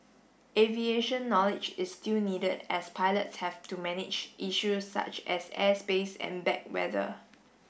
aviation knowledge is still needed as pilots have to manage issues such as airspace and bad weather